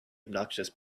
obnoxious